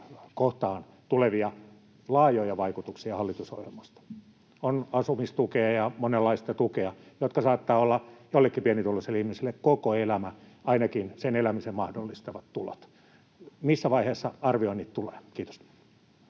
kohtaan, tulevia laajoja vaikutuksia hallitusohjelmasta? On asumistukea ja monenlaista tukea, jotka saattavat olla joillekin pienituloisille ihmisille koko elämä, ainakin sen elämisen mahdollistavat tulot. Missä vaiheessa arvioinnit tulevat? — Kiitos.